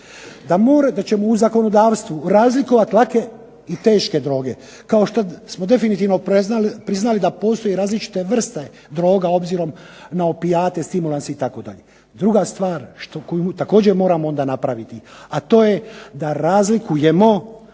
da ćemo u zakonodavstvu razlikovati lake i teške droge, kao što smo definitivno priznali da postoje različite vrste droga obzirom na opijate, stimulanse itd. Druga stvar koju također moramo onda napraviti, a to je da razlikujemo